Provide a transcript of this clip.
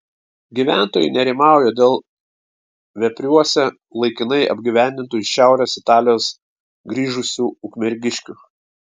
gyventojai nerimauja dėl vepriuose laikinai apgyvendintų iš šiaurės italijos grįžusių ukmergiškių